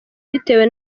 bitewe